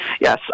Yes